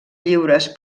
lliures